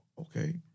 Okay